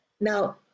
Now